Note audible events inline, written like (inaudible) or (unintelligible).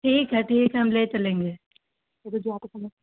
ठीक है ठीक है हम ले चलेंगे (unintelligible)